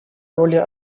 роли